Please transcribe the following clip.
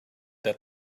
that